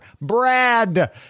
Brad